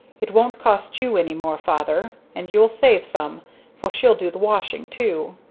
it won't cost you any more, father and you'll save some for she'll do the washing too.